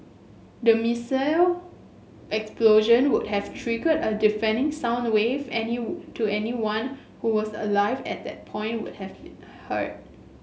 the missile explosion would have triggered a deafening sound wave to anyone who was alive at that point would have been heard